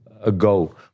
ago